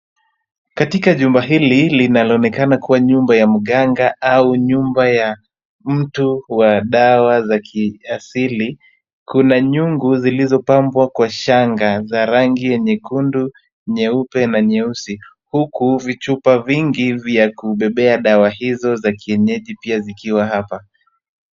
Katika jumba hili linaloonekana kuwa nyumba ya mganga au nyumba ya mtu wa dawa za kiasili, kuna nyungu zilizopambwa kwa shanga za rangi ya nyekundu, nyeupe na nyeusi, huku vichupa vingi vya kubebea dawa hizo za kienyeji pia vikiwa hapa.